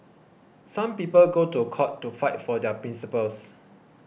some people go to court to fight for their principles